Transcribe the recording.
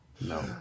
No